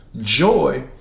Joy